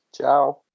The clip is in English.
ciao